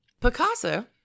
Picasso